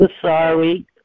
sorry